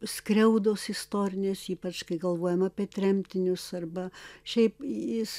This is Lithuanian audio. skriaudos istorinės ypač kai galvojam apie tremtinius arba šiaip jis